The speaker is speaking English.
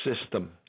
system